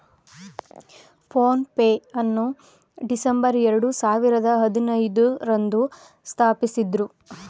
phone pay ಯನ್ನು December ಎರಡು ಸಾವಿರದ ಹದಿನೈದು ರಂದು ಸ್ಥಾಪಿಸಿದ್ದ್ರು